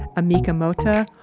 amika mota,